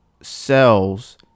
cells